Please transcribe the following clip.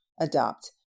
adopt